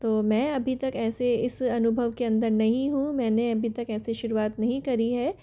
तो मैं अभी तक ऐसे इस अनुभव के अंदर नहीं हूँ मैंने अभी तक ऐसे शुरुआत नहीं करी है